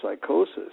psychosis